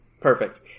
Perfect